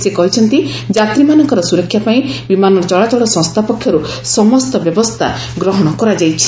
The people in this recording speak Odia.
ସେ କହିଛନ୍ତି ଯାତ୍ରୀମାନଙ୍କର ସୁରକ୍ଷା ପାଇଁ ବିମାନ ଚଳାଚଳ ସଂସ୍ଥା ପକ୍ଷରୁ ସମସ୍ତ ବ୍ୟବସ୍ଥା ଗ୍ରହଣ କରାଯାଇଛି